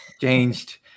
changed